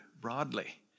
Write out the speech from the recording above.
broadly